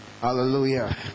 hallelujah